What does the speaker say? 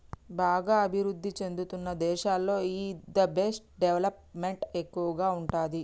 బాగా అభిరుద్ధి చెందుతున్న దేశాల్లో ఈ దెబ్ట్ డెవలప్ మెంట్ ఎక్కువగా ఉంటాది